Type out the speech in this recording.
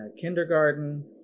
kindergarten